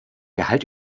gehalt